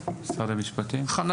חנן?